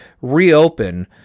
reopen